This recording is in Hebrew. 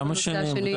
למה השני?